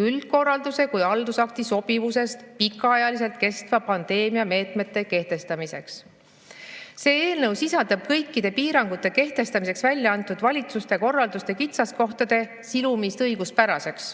üldkorraldus kui haldusakt sobib pikaajaliselt kestva pandeemia meetmete kehtestamiseks. See eelnõu sisaldab kõikide piirangute kehtestamiseks välja antud valitsuse korralduste kitsaskohtade silumist õiguspäraseks.